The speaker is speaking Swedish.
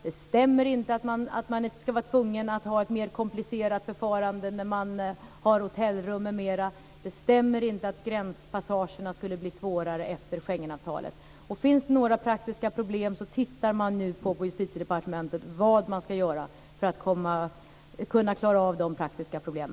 Det stämmer inte att man ska vara tvungen att ha ett mer komplicerat förfarande när man hyr ut hotellrum m.m. Det stämmer inte att gränspassagerna skulle bli svårare efter Schengenavtalet. Finns det några praktiska problem tittar man nu på Justitiedepartementet på vad man ska göra för att klara av dem.